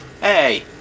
Hey